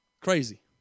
Crazy